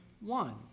one